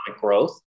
growth